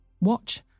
Watch